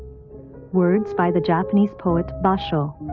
words by the japanese poet basho,